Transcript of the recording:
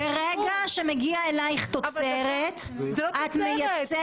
ברגע שמגיעה אליך תוצרת, את מייצרת את זה.